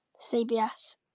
CBS